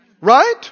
Right